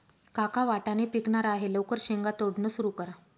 काका वाटाणे पिकणार आहे लवकर शेंगा तोडणं सुरू करा